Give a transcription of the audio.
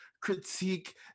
critique